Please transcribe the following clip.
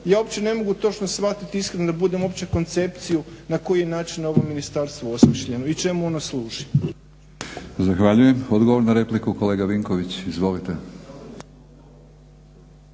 Ja uopće ne mogu točno shvatiti iskreno da budem uopće koncepciju na koji način je ovo ministarstvo osmišljeno i čemu ono služi. **Batinić, Milorad (HNS)** Zahvaljujem. Odgovor na repliku kolega Vinković. Izvolite.